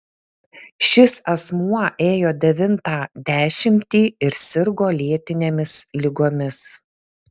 šis asmuo ėjo devintą dešimtį ir sirgo lėtinėmis ligomis